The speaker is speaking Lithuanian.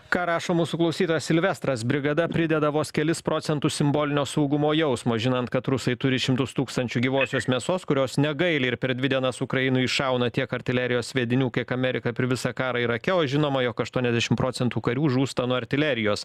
ką rašo mūsų klausytojas silvestras brigada prideda vos kelis procentus simbolinio saugumo jausmo žinant kad rusai turi šimtus tūkstančių gyvosios mėsos kurios negaili ir per dvi dienas ukrainoj iššauna tiek artilerijos sviedinių kiek amerika per visą karą irake o žinoma jog aštuoniasdešimt procentų karių žūsta nuo artilerijos